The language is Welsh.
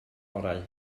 orau